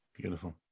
Beautiful